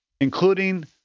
including